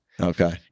Okay